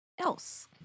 Else